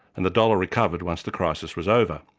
and the dollar recovered once the crisis was over.